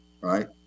right